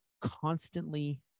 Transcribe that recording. constantly